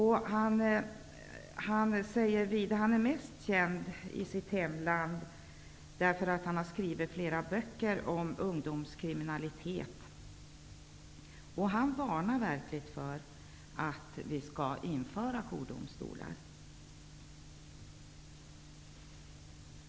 Han är mest känd i sitt hemland för att ha skrivit flera böcker om ungdomskriminalitet. Han varnar oss verkligen för att införa jourdomstolar.